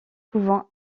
pouvant